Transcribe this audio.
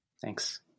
Thanks